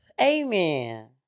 Amen